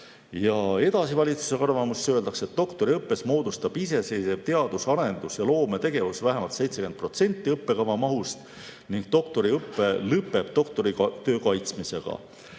Edasi valitsuse arvamuses öeldakse, et doktoriõppes moodustab iseseisev teadus-, arendus‑ ja loometegevus vähemalt 70% õppekava mahust ning doktoriõpe lõpeb doktoritöö kaitsmisega.